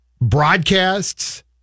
broadcasts